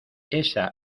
esa